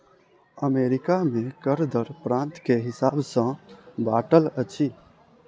America में कर दर प्रान्त के हिसाब सॅ बाँटल अछि